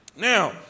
now